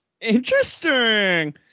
interesting